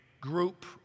group